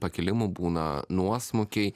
pakilimų būna nuosmukiai